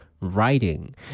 writing